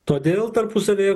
todėl tarpusavyje